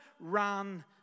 ran